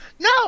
No